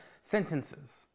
sentences